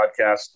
podcast